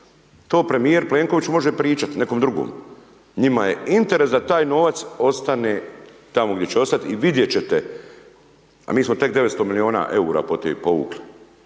to premijer Plenković može pričati nekom drugom, njima je interes da taj novac ostane tmo gdje će ostat i vidjet ćete a mi smo tek 900 milijuna eura povukli